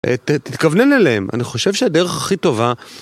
תתכוונן אליהם, אני חושב שהדרך הכי טובה...